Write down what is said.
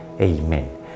Amen